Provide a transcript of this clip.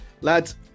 Lads